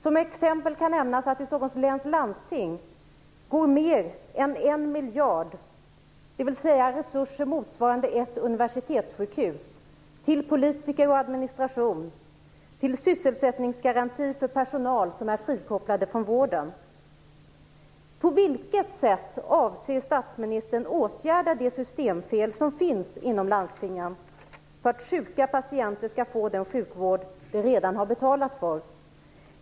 Som exempel kan nämnas att i Stockholms läns landsting går mer än 1 miljard - dvs. resurser motsvarande ett universitetssjukhus - till politiker och administration samt till en sysselsättningsgaranti för personal som är frikopplad från vården. På vilket sätt avser statsministern åtgärda de systemfel som finns inom landstingen för att sjuka patienter skall få den sjukvård som de redan har betalat för?